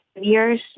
years